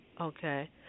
Okay